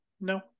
no